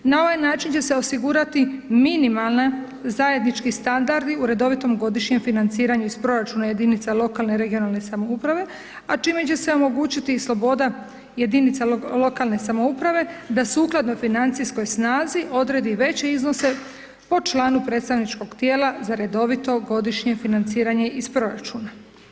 Na ovaj način će se osigurati minimalni zajednički standardi u redovitom godišnjem financiranju iz proračuna jedinica lokalne regionalne samouprave, a čime će se omogućiti sloboda jedinica lokalne samouprave da sukladno financijskoj snazi odredi veće iznose po članu predstavničkog tijela za redovito godišnje financiranje iz proračuna.